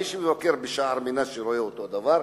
מי שמבקר ב"שער מנשה" רואה אותו הדבר,